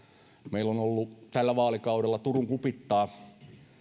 meillä on ollut tällä vaalikaudella turun kupittaa